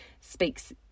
speaks